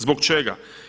Zbog čega?